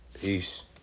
Peace